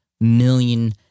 million